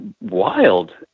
wild